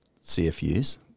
CFUs